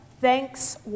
thanks